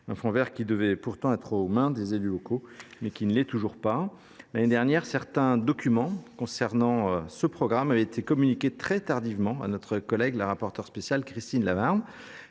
Le fonds vert devait pourtant être aux mains des élus locaux ; il ne l’est toujours pas… L’année dernière, certains documents concernant ce programme avaient été communiqués très tardivement à notre rapporteure spéciale Christine Lavarde.